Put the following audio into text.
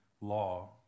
law